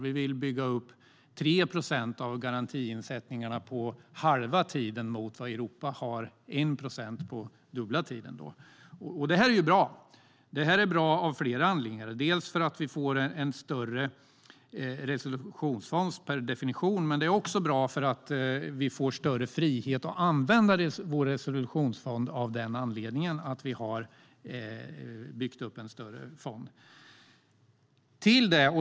Vi vill bygga upp 3 procent av garantiinsättningarna på halva tiden där Europa har 1 procent på dubbla tiden. Det är bra av flera anledningar. Dels får vi en större resolutionsfond, dels får vi större frihet att använda vår resolutionsfond eftersom den är större.